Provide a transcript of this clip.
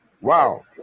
wow